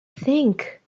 think